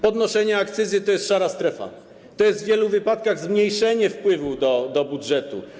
Podnoszenie akcyzy to jest szara strefa, to jest w wielu wypadkach zmniejszenie wpływu do budżetu.